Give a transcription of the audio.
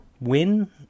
win